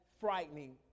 frightening